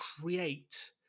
create